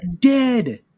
dead